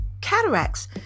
cataracts